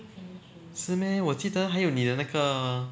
是 meh 我记得还有你的那个